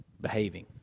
behaving